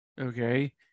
okay